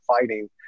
fighting